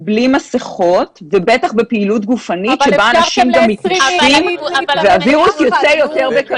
אם במשרד החינוך והבריאות חושבים שכל ההגבלות ששמו,